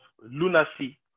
lunacy